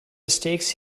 mistakes